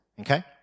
Okay